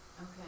Okay